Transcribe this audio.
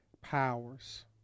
powers